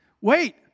Wait